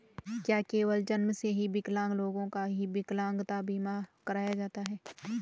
क्या केवल जन्म से विकलांग लोगों का ही विकलांगता बीमा कराया जाता है?